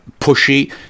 pushy